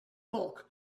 bulk